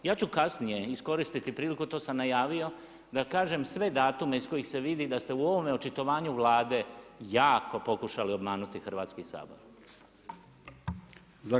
Ja ću kasnije iskoristiti priliku, to sam najavio da kažem sve datume iz kojih se vidi da ste u ovom očitovanju Vlade jako pokušali obmanuti Hrvatski sabor.